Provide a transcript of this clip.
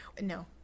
No